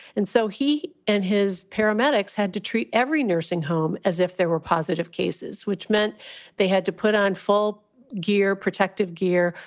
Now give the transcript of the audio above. and so he and his paramedics had to treat every nursing home as if there were positive cases, which meant they had to put on full gear, protective gear,